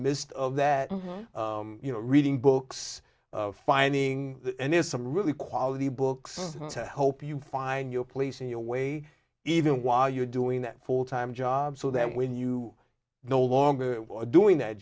midst of that you know reading books finding and there's some really quality books hope you find your place in your way even while you're doing that full time job so that when you no longer are doing that